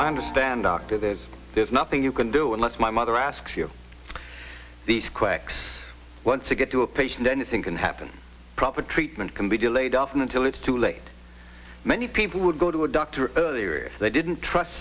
i understand doctor there there's nothing you can do unless my mother asks you these quakes once you get to a patient anything can happen proper treatment can be delayed often until it's too late many people would go to a doctor earlier if they didn't trust